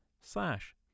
slash